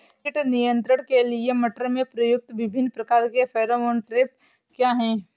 कीट नियंत्रण के लिए मटर में प्रयुक्त विभिन्न प्रकार के फेरोमोन ट्रैप क्या है?